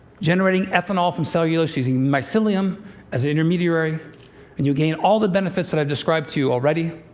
generating ethanol from cellulose using mycelium as an intermediary and you gain all the benefits that i've described to you already.